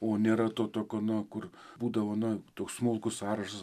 o nėra to tokio na kur būdavo na toks smulkus sąrašas